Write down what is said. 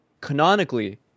Canonically